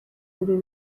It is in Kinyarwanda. uru